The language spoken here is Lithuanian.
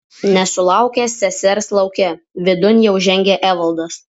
nesulaukęs sesers lauke vidun jau žengė evaldas